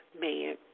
man